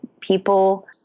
People